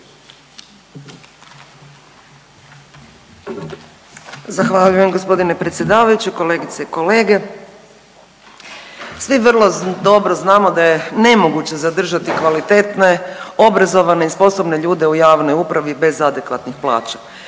Zahvaljujem gospodine predsjedavajući, kolegice i kolege. Svi vrlo dobro znamo da je nemoguće zadržati kvalitetne, obrazovane i sposobne ljude u javnoj upravi bez adekvatnih plaća.